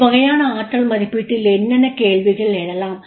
இவ்வகையான ஆற்றல் மதிப்பீட்டில் என்னென்ன கேள்விகள் எழலாம்